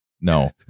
no